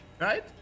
right